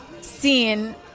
seen